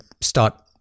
start